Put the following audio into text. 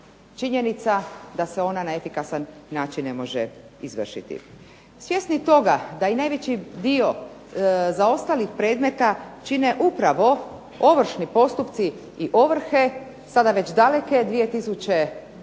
činjenica da se ona na efikasan način ne može izvršiti. Svjesni toga da i najveći dio zaostalih predmeta čine upravo ovršni postupci i ovrhe sada već daleke 2002.